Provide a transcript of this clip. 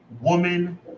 Woman